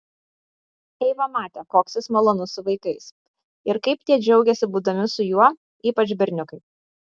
eiva matė koks jis malonus su vaikais ir kaip tie džiaugiasi būdami su juo ypač berniukai